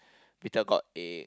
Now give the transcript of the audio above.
bittergourd egg